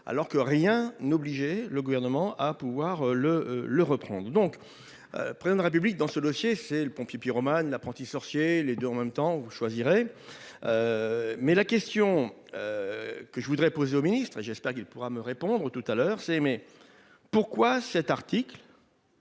Alors que rien n'obligeait le gouvernement à pouvoir le, le reprend donc. Prennent République dans ce dossier, c'est le pompier pyromane l'apprenti sorcier, les deux en même temps vous choisirez. Mais la question. Que je voudrais poser au ministre et j'espère qu'il pourra me répondre tout à l'heure c'est mais pourquoi cet article.